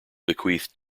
bequeathed